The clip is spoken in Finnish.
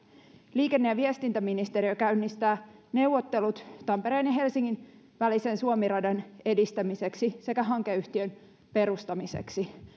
liikenne ja viestintäministeriö käynnistää neuvottelut tampereen ja helsingin välisen suomi radan edistämiseksi sekä hankeyhtiön perustamiseksi